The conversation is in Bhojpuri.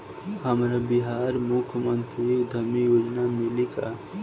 हमरा बिहार मुख्यमंत्री उद्यमी योजना मिली का?